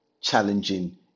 challenging